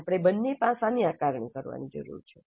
આપણે બંને પાસાંની આકારણી કરવાની જરૂર છે